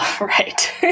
right